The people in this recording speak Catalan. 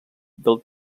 del